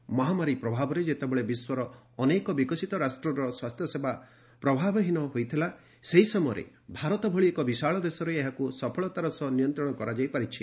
ଏହି ମହାମାରୀ ପ୍ରଭାବରେ ଯେତେବେଳେ ବିଶ୍ୱର ଅନେକ ବିକଶିତ ରାଷ୍ଟ୍ରର ସ୍ୱାସ୍ଥ୍ୟସେବା ପ୍ରଭାବହୀନ ହୋଇଥିଲା ସେହି ସମୟରେ ଭାରତ ଭଳି ଏକ ବିଶାଳ ଦେଶରେ ଏହାକୁ ସଫଳତାର ସହ ନିୟନ୍ତ୍ରଣ କରାଯାଇ ପାରିଛି